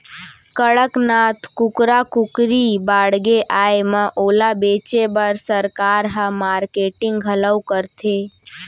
कड़कनाथ कुकरा कुकरी बाड़गे आए म ओला बेचे बर सरकार ह मारकेटिंग घलौ करथे